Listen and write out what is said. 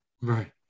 Right